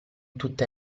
tutte